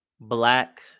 Black